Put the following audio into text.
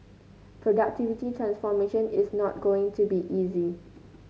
productivity transformation is not going to be easy